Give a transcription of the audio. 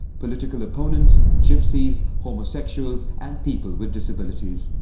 political opponents, gypsies, homosexuals and people with disabilities.